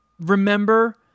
remember